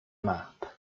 map